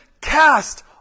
cast